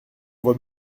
voit